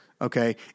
okay